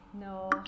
No